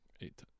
eight